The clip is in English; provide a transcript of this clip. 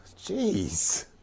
Jeez